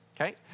okay